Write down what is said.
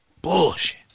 bullshit